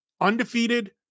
Undefeated